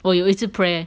我有一直 pray